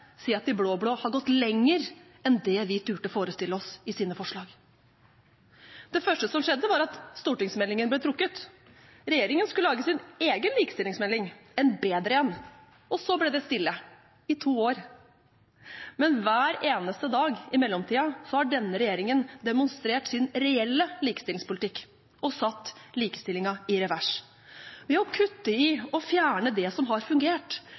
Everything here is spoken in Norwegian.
si at de blå-blå har gått lenger enn det vi turte forestille oss, i sine forslag. Det første som skjedde, var at stortingsmeldingen ble trukket. Regjeringen skulle lage sin egen likestillingsmelding – en bedre en. Så ble det stille – i to år. Men hver eneste dag i mellomtiden har denne regjeringen demonstrert sin reelle likestillingspolitikk og satt likestillingen i revers ved å kutte i og fjerne det som har fungert,